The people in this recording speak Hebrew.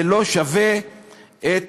זה לא שווה את